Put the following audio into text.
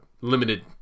limited